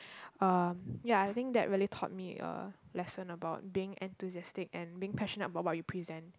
uh ya I think that really taught me a lesson about being enthusiastic and being passionate about what we present